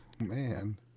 Man